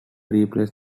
replaced